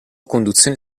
conduzione